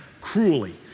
cruelly